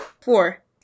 Four